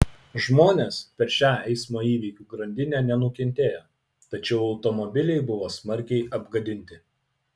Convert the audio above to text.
žmonės per šią eismo įvykių grandinę nenukentėjo tačiau automobiliai buvo smarkiai apgadinti